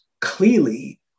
clearly